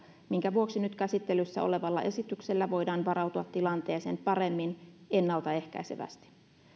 minkä vuoksi nyt käsittelyssä olevalla esityksellä voidaan varautua tilanteeseen paremmin ennaltaehkäisevästi